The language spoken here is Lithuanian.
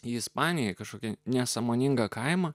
į ispaniją kažkokį nesąmoningą kaimą